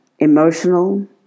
Emotional